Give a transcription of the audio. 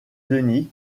denys